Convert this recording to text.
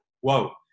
whoa